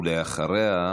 ואחריה,